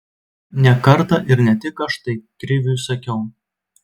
ne kartą ir ne tik aš tai kriviui sakiau